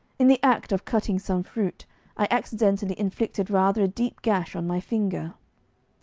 in the act of cutting some fruit i accidentally inflicted rather a deep gash on my finger.